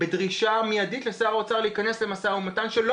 בדרישה מיידית לשר האוצר להיכנס למשא ומתן שלא